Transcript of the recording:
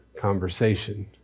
conversation